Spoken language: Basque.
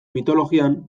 mitologian